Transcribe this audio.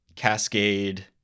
cascade